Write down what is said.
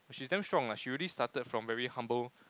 she's damn strong leh she really started from very humble